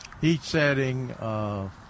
heat-setting